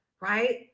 right